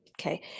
okay